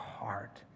heart